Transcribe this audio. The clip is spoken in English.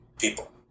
people